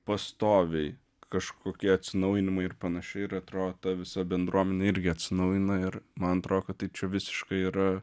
pastoviai kažkokie atsinaujinimai ir panašiai ir atrodo ta visa bendruomenė irgi atsinaujina ir man atrodo kad tai čia visiškai yra